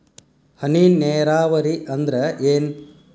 ಹನಿ ನೇರಾವರಿ ಅಂದ್ರ ಏನ್?